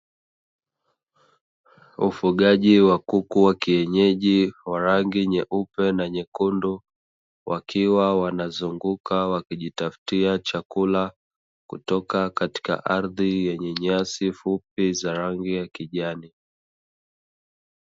Ufugaji wa kuku wa kienyeji wa rangi nyeupe na nyekundu, wakiwa wanazunguka wakijitafutia chakula kutoka katika ardhi yenye nyasi fupi zenye rangi ya kijani.